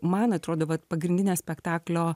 man atrodo vat pagrindinė spektaklio